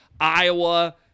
Iowa